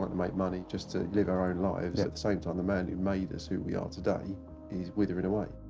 but make money, just to live our own lives. at the same time, the man who made us who we are today is withering away.